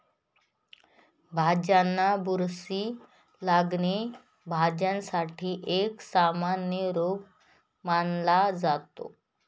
भाज्यांना बुरशी लागणे, भाज्यांसाठी एक सामान्य रोग मानला जातो